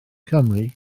cymru